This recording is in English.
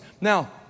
Now